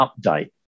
update